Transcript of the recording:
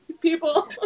people